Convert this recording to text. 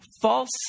false